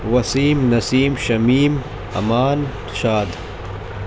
Wasim Naseem Shamim Aman Shad